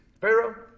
Pharaoh